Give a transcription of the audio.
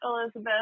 Elizabeth